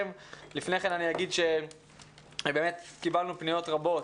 לפני כן, אני אגיד שקיבלנו פניות רבות,